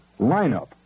lineup